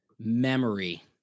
Memory